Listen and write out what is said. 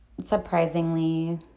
surprisingly